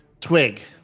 Twig